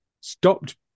stopped